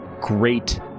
great